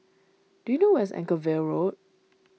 do you know where is Anchorvale Road